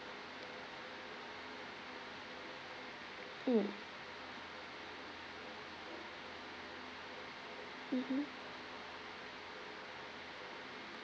mm mmhmm